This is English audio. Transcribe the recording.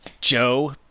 Joe